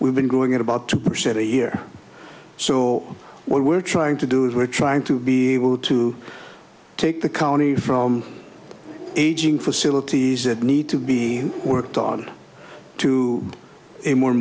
we've been growing at about two percent a year so what we're trying to do is we're trying to be able to take the county from aging facilities that need to be worked on to a more